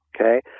okay